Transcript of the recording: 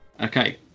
okay